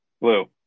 Blue